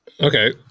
Okay